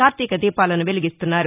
కార్తీక దీపాలను వెలిగిస్తున్నారు